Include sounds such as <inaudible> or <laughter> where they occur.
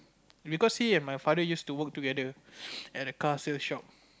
because he and my father used to work together <noise> at a car sale shop